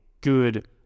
good